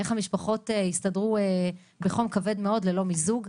איך המשפחות יסתדרו בחום כבר מאוד ללא מיזוג?